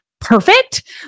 perfect